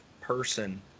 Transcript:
person